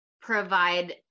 provide